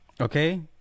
Okay